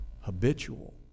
habitual